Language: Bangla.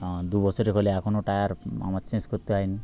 দু বছরে হলে এখনো টায়ার আমার চেঞ্জ করতে হয় নি